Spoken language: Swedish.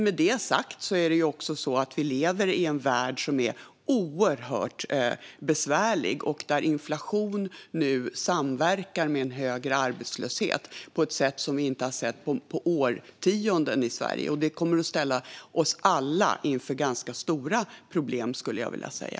Med det sagt är det så att vi lever i en värld som är oerhört besvärlig och där inflation nu samverkar med en högre arbetslöshet på ett sätt som vi inte har sett på årtionden i Sverige. Det kommer att ställa oss alla inför ganska stora problem, skulle jag vilja säga.